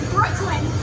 Brooklyn